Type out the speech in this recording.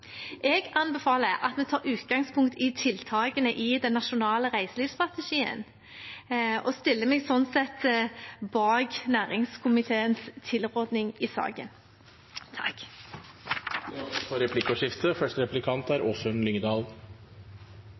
Jeg anbefaler at vi tar utgangspunkt i tiltakene i den nasjonale reiselivsstrategien, og stiller meg sånn sett bak næringskomiteens anbefaling i saken. Det blir replikkordskifte. Jeg kan ikke dy meg for